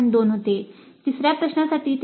2 होते तिसर्या प्रश्नासाठी ते 3